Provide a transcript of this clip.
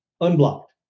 unblocked